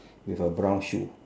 with a brown shoe